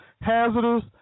hazardous